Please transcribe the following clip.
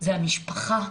זה המשפחה,